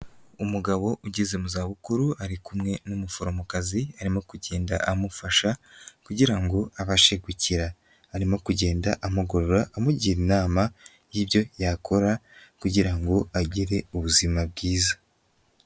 Umugabo ugeze mu za bukuru ari kumwe n'umuforomokazi arimo kugenda amufasha kugirango ngo abashe gukira, arimo kugenda amugorora, amugira inama y'ibyo yakora kugira ngo agire ubuzima bwiza.